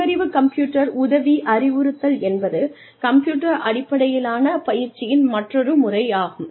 நுண்ணறிவு கம்ப்யூட்டர் உதவி அறிவுறுத்தல் என்பது கம்ப்யூட்டர் அடிப்படையிலான பயிற்சியின் மற்றொரு முறையாகும்